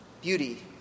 beauty